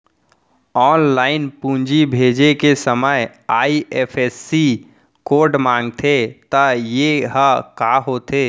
Online पूंजी भेजे के समय आई.एफ.एस.सी कोड माँगथे त ये ह का होथे?